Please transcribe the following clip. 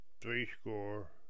threescore